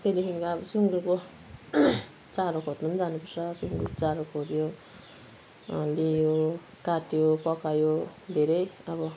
त्यहाँदेखिको अब सुँगुरको चारो खोज्नु जानु पर्छ सुँगुरको चारो खोज्यो ल्यायो काट्यो पकायो धेरै अब